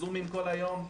זומים כל היום.